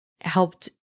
helped